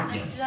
Yes